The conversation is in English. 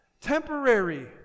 temporary